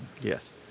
Yes